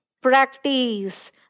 practice